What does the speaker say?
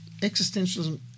existentialism